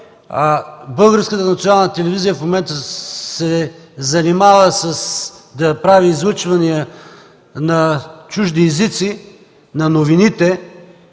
Българската национална телевизия в момента се занимава да прави излъчвания на чужди езици на новините